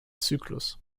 zyklus